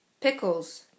Pickles